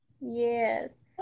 Yes